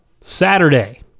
Saturday